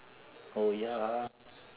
oh ya ah